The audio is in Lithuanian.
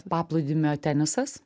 paplūdimio tenisas